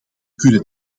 kunnen